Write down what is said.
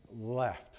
left